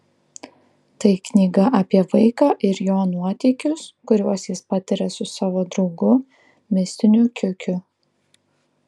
tai knyga apie vaiką ir jo nuotykius kuriuos jis patiria su savo draugu mistiniu kiukiu